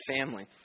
family